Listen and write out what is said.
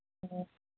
ꯑꯣ